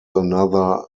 another